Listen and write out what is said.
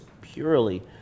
purely